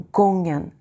gången